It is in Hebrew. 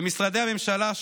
למשרדי הממשלה,